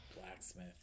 Blacksmith